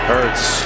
Hertz